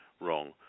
wrong